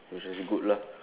which is good lah